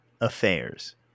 affairs